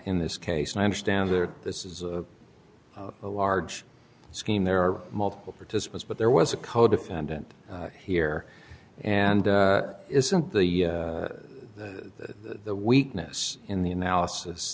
in this case and i understand that this is a large scheme there are multiple participants but there was a codefendant here and it isn't the that the weakness in the analysis